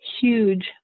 huge